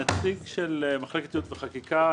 הנציג של מחלקת ייעוץ חקיקה